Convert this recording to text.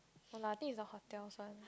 no lah I think is the hotel's one